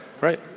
right